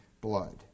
blood